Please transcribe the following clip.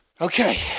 Okay